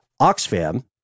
Oxfam